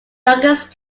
youngest